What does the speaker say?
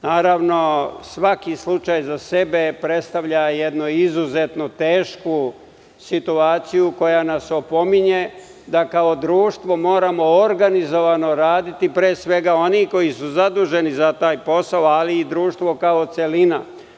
Naravno, svaki slučaj za sebe predstavlja jednu izuzetno tešku situaciju koja nas opominje da kao društvo moramo organizovano raditi, pre svega oni koji su zaduženi za taj posao, ali i društvo kao celina.